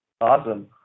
Awesome